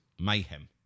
mayhem